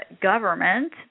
government